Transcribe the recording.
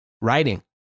writing